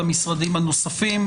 למשרדים הנוספים,